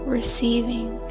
receiving